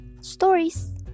stories